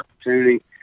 opportunity